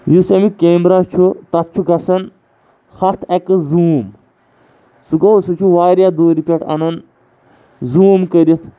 یُس اَمیُٚک کیمرا چھُ تَتھ چھُ گژھان ہَتھ اٮ۪کس زوٗم سُہ گوٚو سُہ چھِ واریاہ دوٗرِ پٮ۪ٹھ اَنان زوٗم کٔرِتھ